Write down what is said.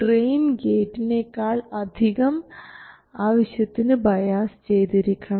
drain ഗേറ്റിനേക്കാൾ അധികം ആവശ്യത്തിന് ബയാസ് ചെയ്തിരിക്കണം